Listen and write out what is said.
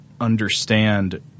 understand